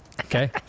Okay